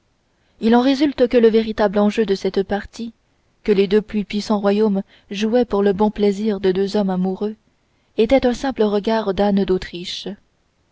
il en résulte que le véritable enjeu de cette partie que les deux plus puissants royaumes jouaient pour le bon plaisir de deux hommes amoureux était un simple regard d'anne d'autriche